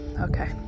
okay